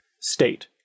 state